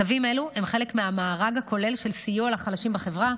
תווים אלו הם חלק מהמארג הכולל של סיוע לחלשים בחברה,